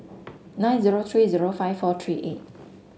nine zero three zero five four three eight